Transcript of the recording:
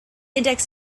index